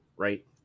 Right